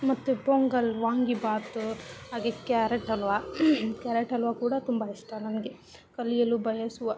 ಮತ್ತು ಪೊಂಗಲ್ ವಾಂಗಿಬಾತು ಹಾಗೆ carrot halwa carrot halwa ಕೂಡ ತುಂಬ ಇಷ್ಟ ನನಗೆ ಕಲಿಯಲು ಬಯಸುವ